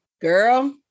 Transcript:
Girl